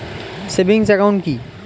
Savings account কি?